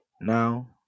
Now